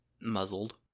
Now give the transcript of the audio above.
muzzled